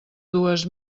dues